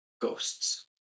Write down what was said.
ghosts